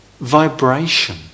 vibration